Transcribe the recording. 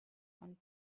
and